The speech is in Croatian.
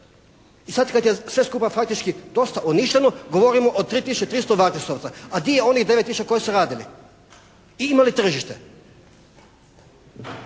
I sad kad je sve skupa faktički dosta uništeno govorimo o 3 tisuće 300 «varteksovca». A di je onih 9 tisuća koji su radili i imali tržište.